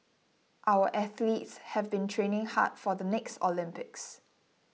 our athletes have been training hard for the next Olympics